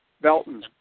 Belton